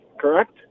correct